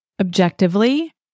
objectively